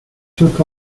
took